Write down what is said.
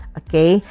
okay